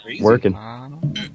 working